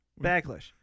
Backlash